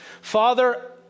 Father